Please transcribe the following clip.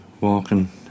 walking